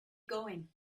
going